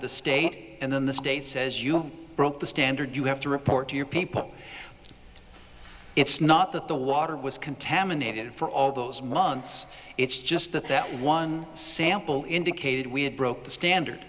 the state and then the state says you broke the standard you have to report to your people it's not that the water was contaminated for all those months it's just that that one sample indicated we had broke the standard